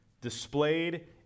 displayed